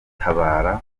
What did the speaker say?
gutabara